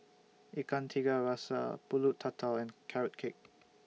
Ikan Tiga Rasa Pulut Tatal and Carrot Cake